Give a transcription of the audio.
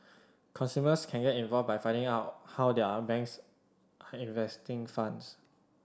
consumers can get involved by finding out how their banks investing funds